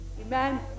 Amen